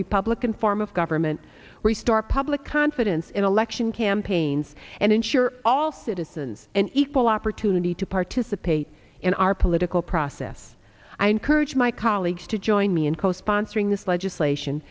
republican form of government restart public confidence in election campaigns and ensure all citizens an equal opportunity to participate in our political process i encourage my colleagues to join me in co sponsoring this legislation